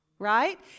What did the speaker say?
right